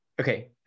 Okay